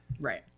Right